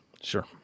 Sure